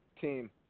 team